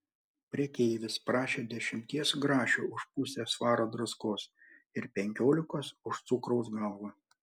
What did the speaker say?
prekeivis prašė dešimties grašių už pusę svaro druskos ir penkiolikos už cukraus galvą